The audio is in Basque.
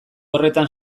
horretan